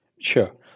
Sure